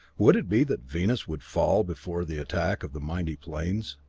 would it be that venus would fall before the attack of the mighty planes,